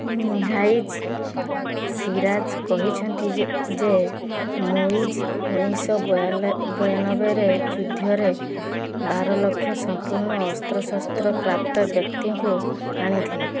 ମିନହାଜ ଇ ସିରାଜ କହିଛନ୍ତି ଯେ ଯେ ମୁଇଜ ଉଣେଇଶ ବୟାଲ ବୟାଲବେରେ ଯୁଦ୍ଧରେ ବାରଲକ୍ଷ ସମ୍ପୂର୍ଣ୍ଣ ଅସ୍ତ୍ରଶସ୍ତ୍ର ପ୍ରାପ୍ତ ବ୍ୟକ୍ତିଙ୍କୁ ଆଣିଥିଲେ